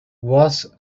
was